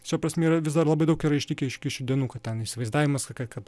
šia prasme yra vis dar labai daug yra išlikę iki šių dienų kad ten įsivaizdavimas kad